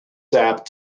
sap